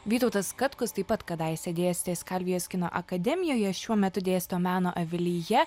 vytautas katkus taip pat kadaise dėstė skalvijos kino akademijoje šiuo metu dėsto meno avilyje